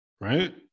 Right